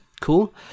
Cool